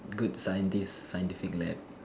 good scientist scientific lab